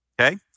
Okay